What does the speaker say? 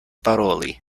paroli